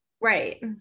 right